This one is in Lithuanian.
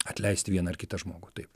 atleisti vieną ar kitą žmogų taip